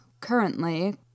currently